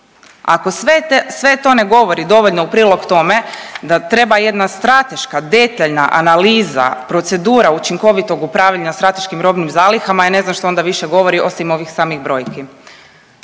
te, sve to ne govori dovoljno u prilog tome da treba jedna strateška detaljna analiza, procedura učinkovitog upravljanja strateškim robnim zalihama ja ne znam što onda više govori osim ovih samih brojki,